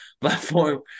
platform